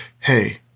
Hey